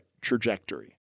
trajectory